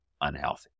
unhealthy